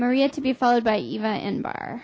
maria to be followed by